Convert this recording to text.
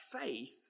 faith